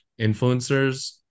influencers